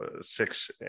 six